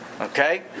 Okay